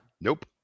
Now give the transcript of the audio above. nope